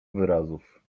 wyrazów